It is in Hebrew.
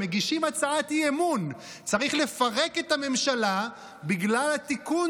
מגישים הצעת אי-אמון שצריך לפרק את הממשלה בגלל התיקון